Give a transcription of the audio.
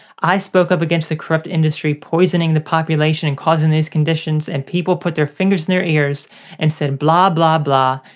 i spoke up against the corrupt industry poisoning the population and causing these conditions, and people put their fingers in their ears and said, blah blah blah.